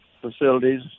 facilities